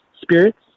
spirits